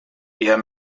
eher